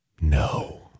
No